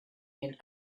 and